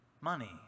money